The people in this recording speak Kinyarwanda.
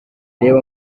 reba